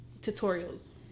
tutorials